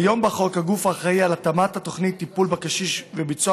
כיום בחוק הגוף האחראי להתאמת תוכנית הטיפול לקשיש וביצוע